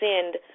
send